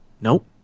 nope